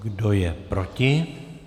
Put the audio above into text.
Kdo je proti?